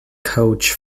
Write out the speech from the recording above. coach